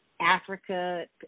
Africa